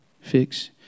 Fix